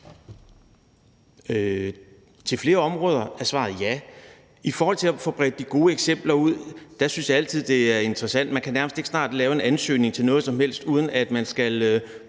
til flere områder er svaret ja. I forhold til at få bredt de gode eksempler ud synes jeg altid det er interessant. Man kan snart nærmest ikke lave en ansøgning til noget som helst, uden at man skal